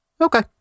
Okay